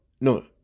no